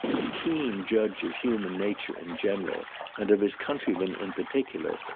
a keen judge of human nature in general and of his countrymen in particular,